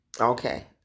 Okay